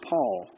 Paul